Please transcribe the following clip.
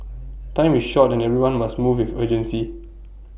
time is short and everyone must move with urgency